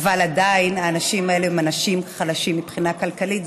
עדיין האנשים האלה הם אנשים חלשים מבחינה כלכלית.